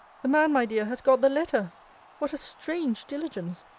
the man, my dear, has got the letter what a strange diligence!